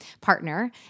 partner